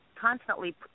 constantly